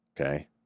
okay